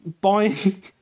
buying